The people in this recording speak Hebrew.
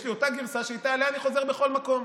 יש לי אותה גרסה שעליה אני חוזר בכל מקום.